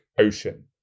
ocean